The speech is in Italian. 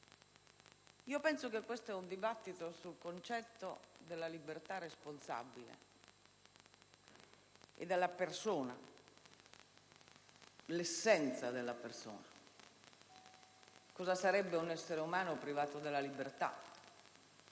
svolgendo sia un dibattito sul concetto della libertà responsabile e della persona, l'essenza della persona. Cosa sarebbe un essere umano privato della libertà